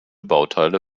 bauteile